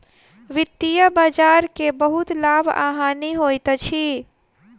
वित्तीय बजार के बहुत लाभ आ हानि होइत अछि